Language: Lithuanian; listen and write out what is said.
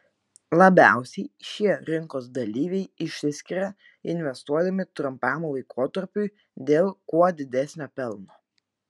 labiausiai šie rinkos dalyviai išsiskiria investuodami trumpam laikotarpiui dėl kuo didesnio pelno